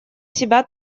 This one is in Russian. себя